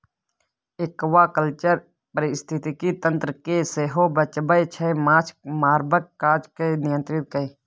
aquaculture पारिस्थितिकी तंत्र केँ सेहो बचाबै छै माछ मारबाक काज केँ नियंत्रित कए